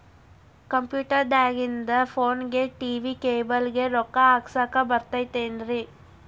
Computer ದಾಗಿಂದ್ ಫೋನ್ಗೆ, TV cable ಗೆ, ರೊಕ್ಕಾ ಹಾಕಸಾಕ್ ಬರತೈತೇನ್ರೇ?